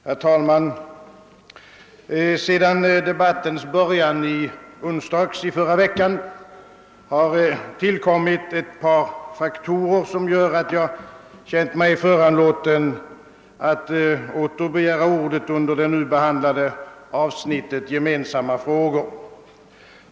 Herr talman! Sedan debattens början i onsdags i förra veckan har tillkommit ett par faktorer som gjort att jag känt mig föranlåten att åter begära ordet beträffande det nu behandlade avsnittet Vissa gemensamma frågor.